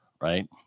Right